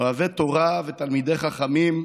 אוהבי תורה ותלמידי חכמים,